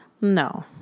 No